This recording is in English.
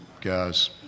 guys